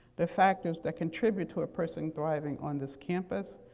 the factors that contribute to a person thriving on this campus,